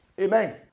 Amen